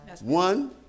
One